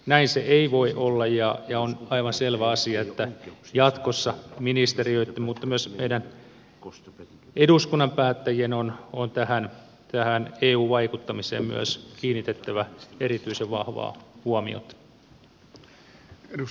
näin se ei voi olla ja on aivan selvä asia että jatkossa ministeriöitten mutta myös meidän eduskunnan päättäjien on myös tähän eu vaikuttamiseen kiinnitettävä erityisen vahvaa huomiota